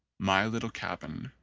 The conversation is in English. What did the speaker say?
my little cabin,